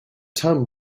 term